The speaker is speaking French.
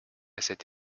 cette